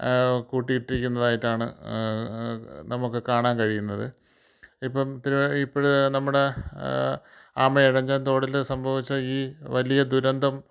കൂട്ടിയിട്ടിരിക്കുന്നതായിട്ടാ നമുക്ക് കാണാൻ കഴിയുന്നത് ഇപ്പം ഇപ്പോഴേ നമ്മുടെ ആമഴിയഞ്ചാൻ തോട്ടിൽ സംഭവിച്ച ഈ വലിയ ദുരന്തം